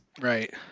Right